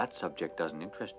that subject doesn't interest